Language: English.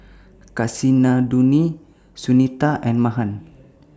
Kasinadhuni Sunita and Mahan